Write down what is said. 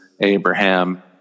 Abraham